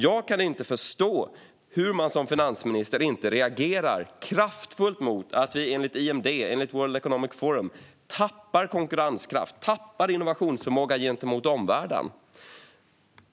Jag kan inte förstå hur man som finansminister inte reagerar kraftfullt mot att vi enligt IMD och World Economic Forum tappar konkurrenskraft och innovationsförmåga gentemot omvärlden.